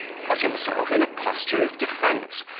put himself in a posture of defence,